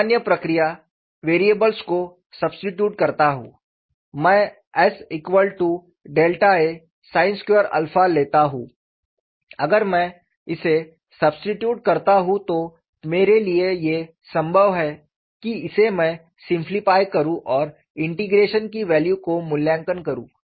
और सामान्य प्रक्रिया वेरिएबल्स को सबस्टिट्यूट करता हूं मैं sa sin2 लेता हु अगर में इसे सबस्टिट्यूट करता हु तो मेरे लिए ये संभव है की इसे मैं सिम्प्लीफाई करू और इंटीग्रेशन की वैल्यू को मूल्यांकन करू